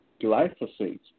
glyphosate